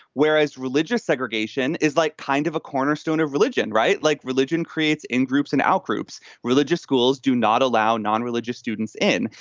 whereas religious segregation is like kind of a cornerstone of religion. right. like religion creates in-groups and outgroups. religious schools do not allow non-religious students in.